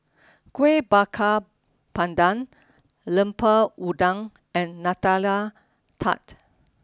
Kueh Bakar Pandan Lemper Udang and Nutella Tart